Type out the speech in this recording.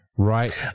Right